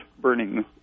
burning